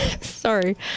sorry